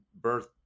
birth